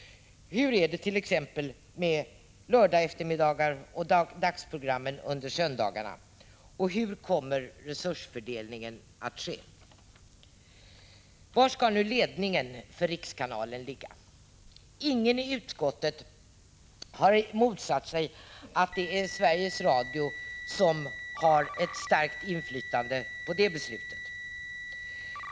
Hur är det t.ex. med lördageftermiddagar och dagsprogrammen på söndagarna? Och hur kommer resursfördelningen att ske? Var skall nu ledningen för rikskanalen ligga? Ingen i utskottet har motsatt sig att det är Sveriges Radio som har ett starkt inflytande på det beslutet.